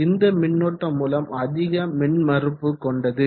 இந்ந மின்னோட்ட மூலம் அதிக மின் மறுப்பு கொண்டது